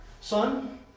son